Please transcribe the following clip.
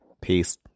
Peace